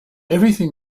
everything